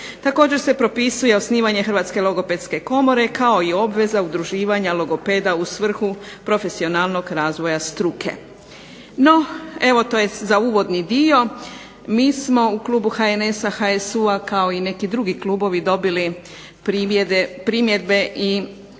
Također se propisuje osnivanje Hrvatske logopedske komore kao i obveza udruživanja logopeda u svrhu profesionalnog razvoja struke. NO, evo to je za uvodni dio, mi smo u Klubu HNS-a HSU-a kao neki drugi klubovi dobili primjedbe i